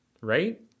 right